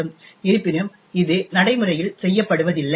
இருப்பினும் இது நடைமுறையில் செய்யப்படுவதில்லை